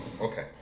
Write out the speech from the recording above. Okay